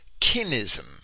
kinism